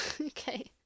Okay